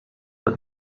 for